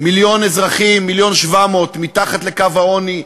מיליון אזרחים, 1.7 מיליון מתחת לקו העוני,